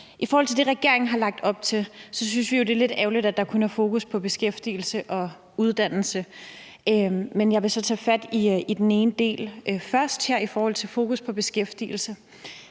I forhold til det, regeringen har lagt op til, synes vi jo, det er lidt ærgerligt, at der kun er fokus på beskæftigelse og uddannelse. Men jeg vil så tage fat i den ene del først, nemlig beskæftigelse.